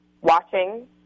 watching